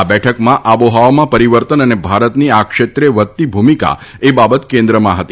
આ બેઠકમાં આબોહવામાં પરિવર્તન અને ભારતની આ ક્ષેત્રે વધતી ભૂમિકા એ બાબત કેન્દ્રમાં હતી